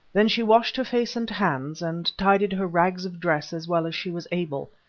then she washed her face and hands, and tidied her rags of dress as well as she was able.